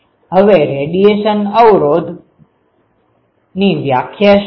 હવે રેડીયેશન અવરોધની વ્યાખ્યા શું છે